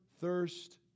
thirst